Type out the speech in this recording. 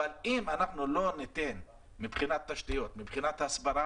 אבל אם אנחנו לא ניתן מבחינת תשתיות והסברה